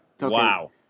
Wow